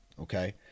Okay